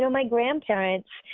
so my grandparents,